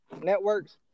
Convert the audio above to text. networks